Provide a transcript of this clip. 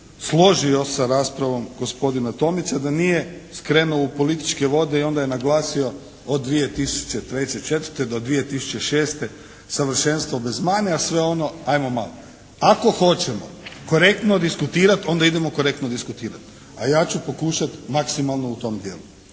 složio sa raspravom gospodina Tomića da nije skrenuo u političke vode i onda je naglasio od 2003., 2004. do 2006. savršenstvo bez mane a sve ono ajmo malo. Ako hoćemo korektno diskutirati onda idemo korektno diskutirati a ja ću pokušati maksimalno u tom dijelu.